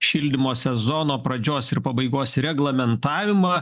šildymo sezono pradžios ir pabaigos reglamentavimą